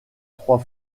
trois